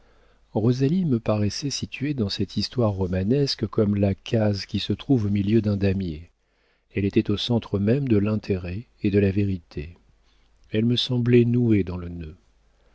rosalie me paraissait située dans cette histoire romanesque comme la case qui se trouve au milieu d'un damier elle était au centre même de l'intérêt et de la vérité elle me semblait nouée dans le nœud